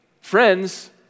friends